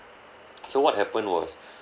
so what happened was